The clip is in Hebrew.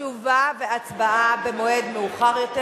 תשובה והצבעה במועד מאוחר יותר,